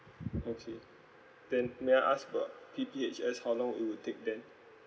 okay then may I ask for P_P_H_S how long it would take then